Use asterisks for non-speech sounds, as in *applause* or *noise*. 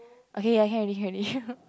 okay ya can already can already *laughs*